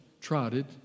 trotted